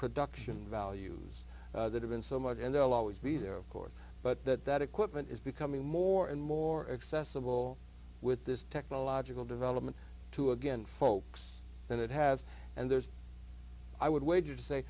production values that have been so much and they'll always be there of course but that that equipment is becoming more and more accessible with this technological development to again folks than it has and there's i would wage